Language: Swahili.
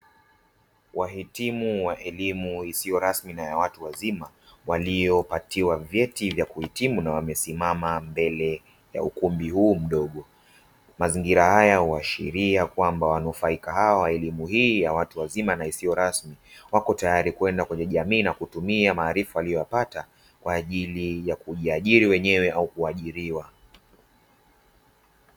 Wahitimu wa elimu isiyo rasmi na ya watu wazima waliopatiwa vyeti vya kuhitimu na wamesimama mbele ya ukumbi huu mdogo. Mazingira haya huashiria kwamba wanufaika hawa wa elimu hii ya watu wazima na isiyo rasmi wako tayari kwenda kwenye jamii na kutumia maarifa waliyoyapata kwa ajili ya kujiajiri wenyewe au kuajiriwa.